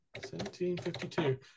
1752